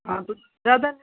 हाँ तो ज़्यादा नहीं